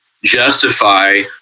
Justify